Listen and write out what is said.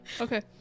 Okay